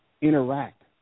interact